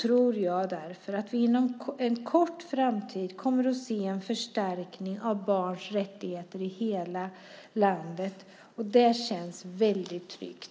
tror jag därför att vi inom en snar framtid kommer att se en förstärkning av barns rättigheter i hela landet, och det känns väldigt tryggt.